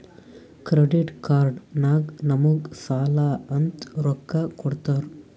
credit card ನಾಗ್ ನಮುಗ್ ಸಾಲ ಅಂತ್ ರೊಕ್ಕಾ ಕೊಡ್ತಾರ್